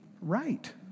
right